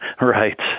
Right